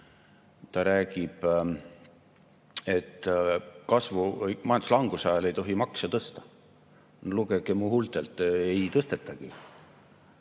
Ta räägib, et majanduslanguse ajal ei tohi makse tõsta. Lugege mu huultelt: ei tõstetagi,